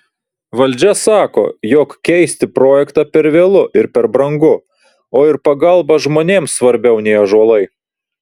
valdžia sako jog keisti projektą per vėlu ir per brangu o ir pagalba žmonėms svarbiau nei ąžuolai